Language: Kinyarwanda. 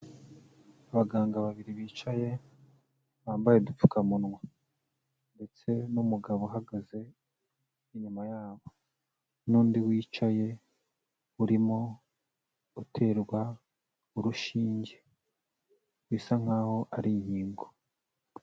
Abaganga babiri bicaye, bambaye udupfukamunwa ndetse n'umugabo uhagaze inyuma yabo n'undi wicaye, urimo uterwa urushinge. bisa nk'aho ari inkingo.